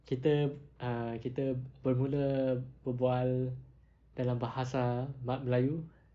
kita uh kita bermula berbual dalam bahasa me~ melayu